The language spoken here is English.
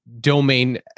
Domain